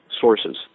sources